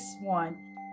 one